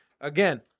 Again